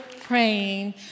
praying